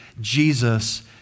Jesus